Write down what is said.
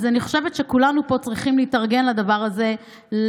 אני חושבת שכולנו פה צריכים להתארגן לדבר הזה,